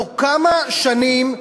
כמה שנים,